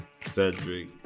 Cedric